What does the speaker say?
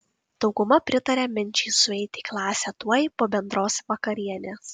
dauguma pritaria minčiai sueiti į klasę tuoj po bendros vakarienės